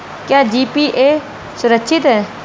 क्या जी.पी.ए सुरक्षित है?